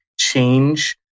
change